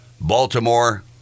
Baltimore